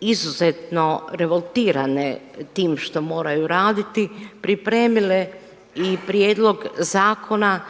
izuzetno revoltirane time što moraju raditi pripremile i prijedlog zakona